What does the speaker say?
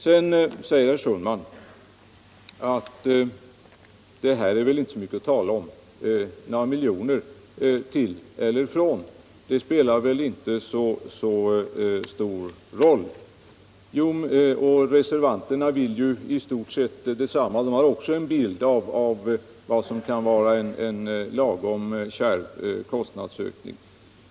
Herr Sundman säger att det här är inte så mycket att tala om — några miljoner till eller från spelar väl inte så stor roll. Och reservanterna vill i stort sett detsamma; de har också en bild av vad som kan vara en lagom kärv kostnadsökning.